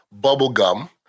bubblegum